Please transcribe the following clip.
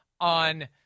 on